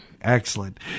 Excellent